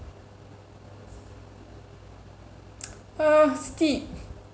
err steep